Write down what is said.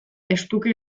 estuki